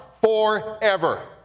forever